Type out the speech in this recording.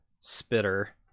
Spitter